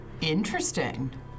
Interesting